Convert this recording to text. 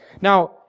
Now